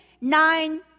nine